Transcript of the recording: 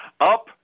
up